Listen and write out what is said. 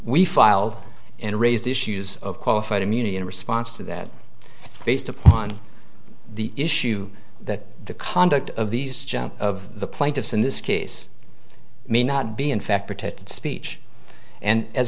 we file and raise the issues of qualified immunity in response to that based upon the issue that the conduct of these of the plaintiffs in this case may not be in fact protected speech and as